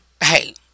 hey